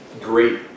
great